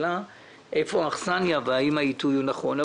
השאלה היא איפה האכסניה והאם העיתוי הוא נכון.